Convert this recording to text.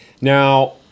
Now